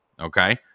okay